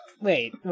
Wait